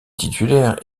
titulaire